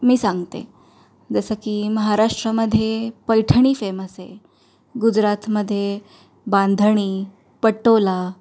मी सांगते जसं की महाराष्ट्रामध्ये पैठणी फेमस आहे गुजरातमधे बांधणी पटोला